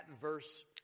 verse